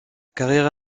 carrière